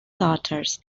daughters